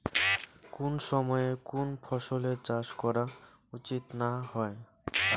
কুন সময়ে কুন ফসলের চাষ করা উচিৎ না হয়?